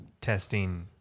testing